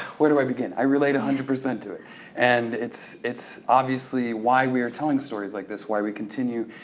where do i begin? i relate one hundred percent to it and it's it's obviously why we are telling stories like this, why we continue,